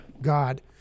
God